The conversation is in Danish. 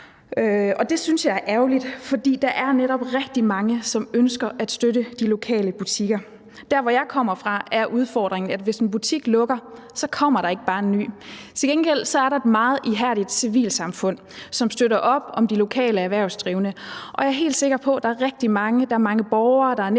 det synes jeg er ærgerligt, for der er netop rigtig mange, som ønsker at støtte de lokale butikker. Der, hvor jeg kommer fra, er udfordringen, at hvis en butik lukker, kommer der ikke bare en ny. Til gengæld er der et meget ihærdigt civilsamfund, som støtter op om de lokale erhvervsdrivende, og jeg er helt sikker på, at der er rigtig mange – der er mange